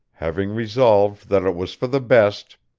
having resolved that it was for the best